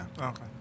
Okay